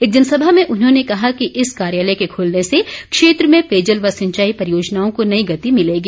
एक जनसभा में उन्होंने कहा कि इस कार्यालय के खुलने से क्षेत्र में पेयजल व सिंचाई परियोजनाओं को नई गति मिलेगी